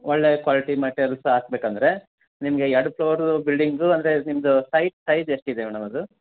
ಒಳ್ಳೆಯ quality metals ಹಾಕ್ಬೇಕಂದ್ರೆ ನಿಮಗೆ ಎರಡು ಫ್ಲೋರ್ ಬಿಲ್ಡಿಂಗು ಅಂದರೆ ನಿಮ್ಮದು ಸೈಟ್ ಸೈಝ್ ಎಷ್ಟಿದೆ ಮೇಡಮ್ ಅದು